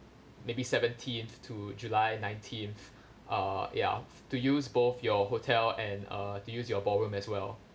maybe seventeenth to july nineteenth uh ya to use both your hotel and uh to use you ballroom as well